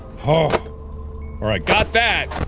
ohh alright, got that!